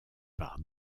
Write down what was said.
par